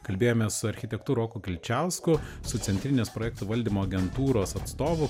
kalbėjome su architektu roku kilčiausku su centrinės projektų valdymo agentūros atstovu